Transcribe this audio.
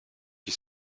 qui